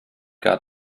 got